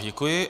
Děkuji.